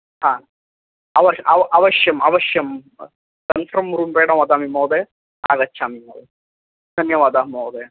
हा अवश् अव अवश्यम् अवश्यम् कन्फर्म् रूपेण वदामि महोदय आगच्छामि महोदय धन्यवादः महोदय